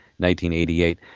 1988